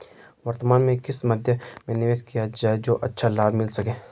वर्तमान में किस मध्य में निवेश किया जाए जो अच्छा लाभ मिल सके?